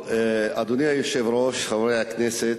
אדוני היושב-ראש, חברי הכנסת,